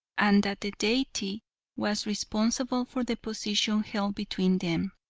and that the deity was responsible for the position held between them.